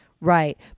Right